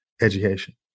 education